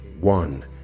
one